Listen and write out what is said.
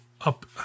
up